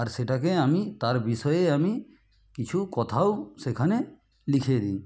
আর সেটাকে আমি তার বিষয়ে আমি কিছু কথাও সেখানে লিখে দিই